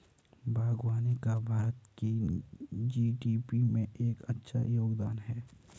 बागवानी का भारत की जी.डी.पी में एक अच्छा योगदान है